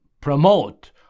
promote